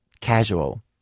casual